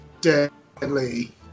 Deadly